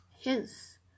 hints